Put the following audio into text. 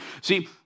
See